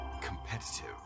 competitive